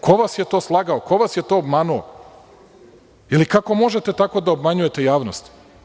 Ko vas je to slagao, ko vas je to obmanuo ili kako možete da tako obmanjujete javnost?